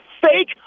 fake